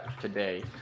today